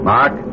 Mark